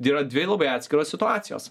yra dvigubai atskiros situacijos